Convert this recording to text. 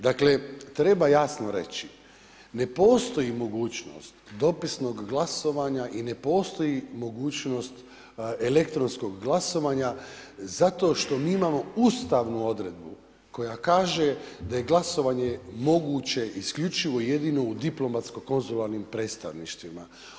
Dakle treba jasno reći, ne postoji mogućnost dopisnog glasovanja i ne postoji mogućnost elektronskog glasovanja zato što mi imamo ustavnu odredbu koja kaže da je glasovanje moguće isključivo i jedino u diplomatsko konzularnim predstavništvima.